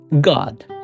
God